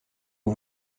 aux